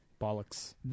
Bollocks